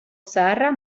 zaharra